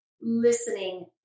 listening